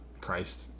Christ